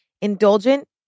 Indulgent